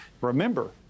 remember